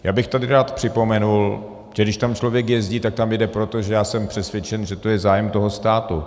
Já bych tady rád připomenul, že když tam člověk jezdí, tak tam jede proto, že já jsem přesvědčen, že to je zájem toho státu.